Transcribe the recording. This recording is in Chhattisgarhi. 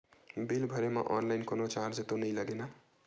बिल भरे मा ऑनलाइन कोनो चार्ज तो नई लागे ना?